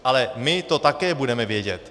Ale my to také budeme vědět.